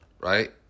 Right